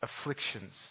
afflictions